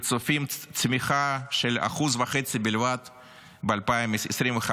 וצופים צמיחה של 1.5% בלבד ב-2025,